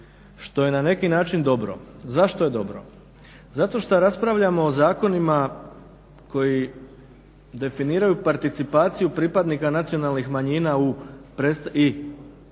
što je na neki način dobro. Zašto je dobro? Zato što raspravljamo o zakonima koji definiraju participaciju pripadnika nacionalnih manjina i pripadnika